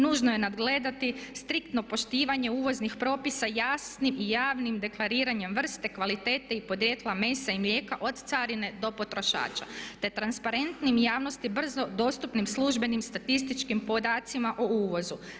Nužno je nadgledati striktno poštivanje uvoznih propisa jasnim i javnim deklariranjem vrste, kvalitete i podrijetla mesa i mlijeka od carine do potrošača, te transparentnim javnosti brzo dostupnim službenim statističkim podacima o uvozu.